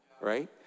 right